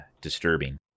disturbing